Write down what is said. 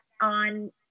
on